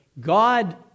God